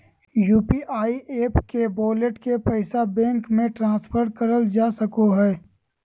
UPI app के wallet के पैसा बैंक मे ट्रांसफर करल जा सको हय